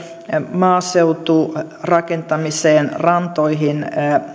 maaseuturakentamiseen rantoihin